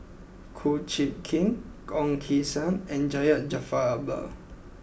Kum Chee Kin Ong Keng Sen and Syed Jaafar Albar